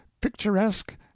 picturesque